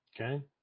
Okay